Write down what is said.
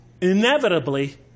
inevitably